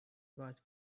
was